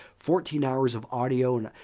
fourteen hours of audio.